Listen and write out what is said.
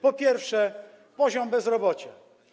Po pierwsze, poziom bezrobocia.